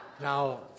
Now